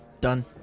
Done